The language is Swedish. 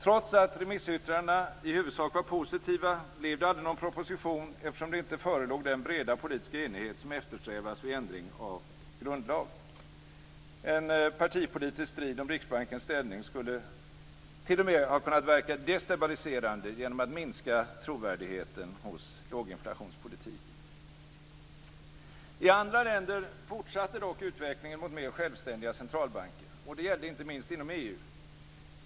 Trots att remissyttrandena i huvudsak var positiva blev det aldrig någon proposition eftersom det inte förelåg den breda politiska enighet som eftersträvas vid ändring av grundlag. En partipolitisk strid om Riksbankens ställning skulle t.o.m. ha kunnat verka destabiliserande genom att minska trovärdigheten hos låginflationspolitiken. I andra länder fortsatte dock utvecklingen mot mer självständiga centralbanker. Det gällde inte minst inom EU.